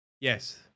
Yes